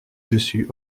dessus